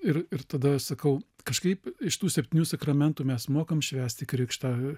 ir ir tada sakau kažkaip iš tų septynių sakramentų mes mokam švęsti krikštą